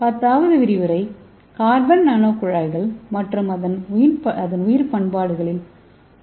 10 வது விரிவுரை கார்பன் நானோகுழாய்கள் மற்றும் அதன் உயிர் பயன்பாடுகளில் உள்ளது